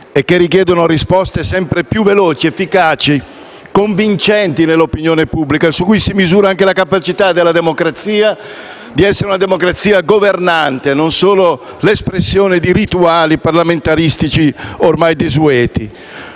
e che richiedono risposte sempre più veloci, efficaci e convincenti dell'opinione pubblica, su cui si misura anche la capacità della democrazia di essere una democrazia governante e non solo l'espressione di rituali parlamentaristici ormai desueti.